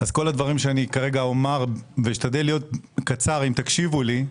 ואני אשתדל לדבר בקצרה, אם תקשיבו לי.